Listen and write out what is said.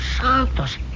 Santos